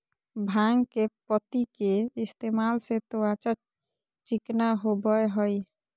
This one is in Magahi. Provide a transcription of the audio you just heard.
भांग के पत्ति के इस्तेमाल से त्वचा चिकना होबय हइ